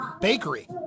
bakery